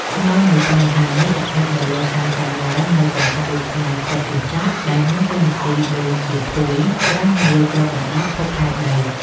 ស្នូលនៃបញ្ហានេះស្ថិតនៅលើការកើនឡើងនូវកំហាប់ឧស្ម័នផ្ទះកញ្ចក់ ដែលមានតួនាទីដូចជាភួយក្រាស់មួយគ្របដណ្ដប់ភពផែនដី។